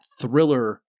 thriller